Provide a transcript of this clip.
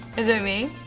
is it me?